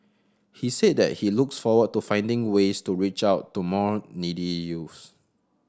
he said that he looks forward to finding ways to reach out to more needy youth